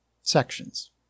sections